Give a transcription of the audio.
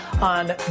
on